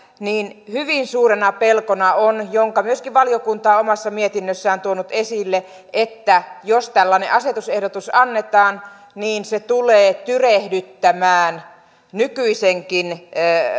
niin hyvin suurena pelkona on minkä myöskin valiokunta omassa mietinnössään on tuonut esille että jos tällainen asetusehdotus annetaan niin se tulee tyrehdyttämään nykyisenkin